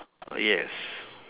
yes